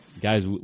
guys